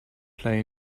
play